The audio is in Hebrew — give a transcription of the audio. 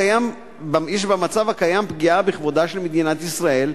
יש במצב הקיים פגיעה בכבודה של מדינת ישראל,